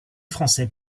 français